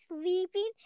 sleeping